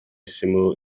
syml